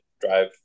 drive